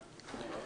תודה.